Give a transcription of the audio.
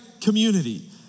community